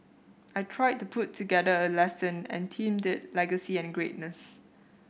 I I tried to put together a lesson and themed it legacy and greatness